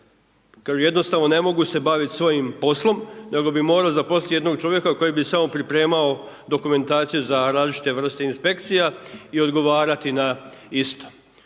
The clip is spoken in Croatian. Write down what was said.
kažu jednostavno ne mogu se baviti svojim poslom, nego bi morao zaposliti jednog čovjeka koji bi samo pripremao dokumentaciju za različite vrste inspekcija i odgovarati na isto.